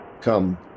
come